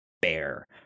bear